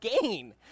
gain